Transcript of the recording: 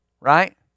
right